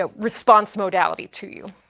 ah response modality to you.